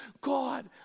God